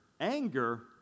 anger